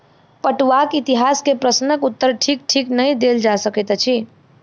पटुआक इतिहास के प्रश्नक उत्तर ठीक ठीक नै देल जा सकैत अछि